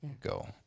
Go